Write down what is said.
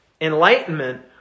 enlightenment